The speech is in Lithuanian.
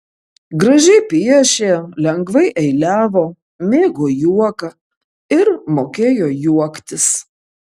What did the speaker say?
gražiai piešė lengvai eiliavo mėgo juoką ir mokėjo juoktis